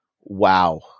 wow